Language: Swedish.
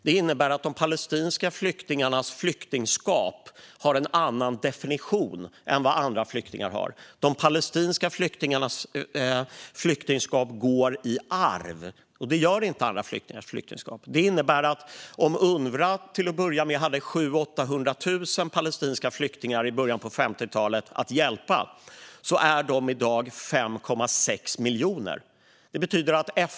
Det innebär att de palestinska flyktingarnas flyktingskap har en annan definition än andra flyktingars. De palestinska flyktingarnas flyktingskap går i arv, vilket det inte gör för andra. Detta innebär att de 700 000-800 000 palestinska flyktingar som Unrwa hade att hjälpa i början av 50-talet i dag är 5,6 miljoner.